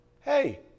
Hey